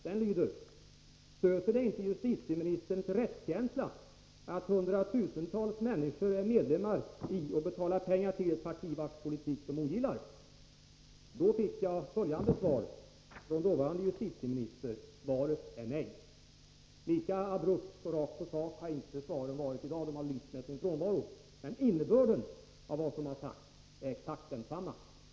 Den lyder: Stöter det inte justitieministerns rättskänsla att hundratusentals människor är medlemmar i och betalar pengar till ett parti vars politik de ogillar? — Jag fick då följande svar av dåvarande justitieministern: Svaret är nej. Lika abrupta och lika rakt på sak har inte svaren varit i dag — de har lyst med sin frånvaro. Men innebörden av vad som har sagts är exakt densamma.